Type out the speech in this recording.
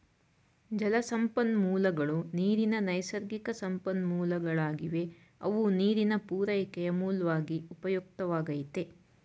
ಜಲಸಂಪನ್ಮೂಲಗಳು ನೀರಿನ ನೈಸರ್ಗಿಕಸಂಪನ್ಮೂಲಗಳಾಗಿವೆ ಅವು ನೀರಿನ ಪೂರೈಕೆಯ ಮೂಲ್ವಾಗಿ ಉಪಯುಕ್ತವಾಗೈತೆ